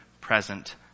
present